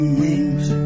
wings